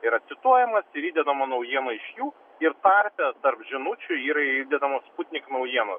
yra cituojamas ir įdedama naujiena iš jų ir tarpe tarp žinučių yra įdedamos sputnik naujienos